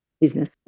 business